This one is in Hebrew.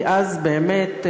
כי אז באמת,